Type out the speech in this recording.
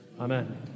Amen